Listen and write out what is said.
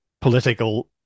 political